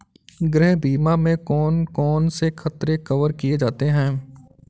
गृह बीमा में कौन कौन से खतरे कवर किए जाते हैं?